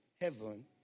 heaven